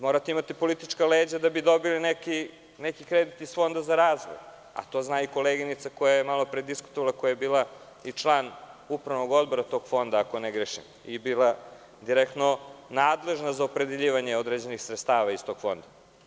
Morate da imate politička leđa da bi dobili neki kredit iz Fonda za razvoj, a to zna i koleginica koja je malopre diskutovala, koja je bila član Upravnog odbora tog fonda, ako ne grešim, i bila je direktno nadležna za opredeljivanje određenih sredstava iz tog fonda.